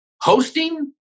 Hosting